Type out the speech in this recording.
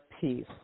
peace